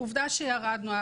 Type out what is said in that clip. עובדה שירדנו.